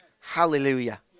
Hallelujah